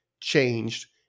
changed